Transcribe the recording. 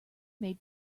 mailed